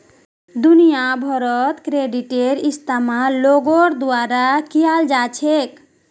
दुनिया भरत क्रेडिटेर इस्तेमाल लोगोर द्वारा कियाल जा छेक